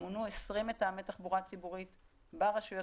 מונו 20 מתאמי תחבורה ציבורית ברשויות